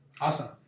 Awesome